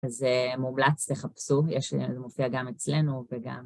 אז מומלץ תחפשו, זה מופיע גם אצלנו וגם...